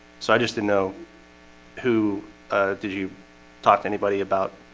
so i just didn't know who did you talk to anybody about?